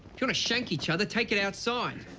want to shank each other take it outside.